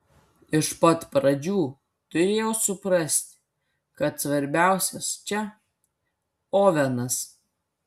iš pat pradžių turėjau suprasti kad svarbiausias čia ovenas